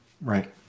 Right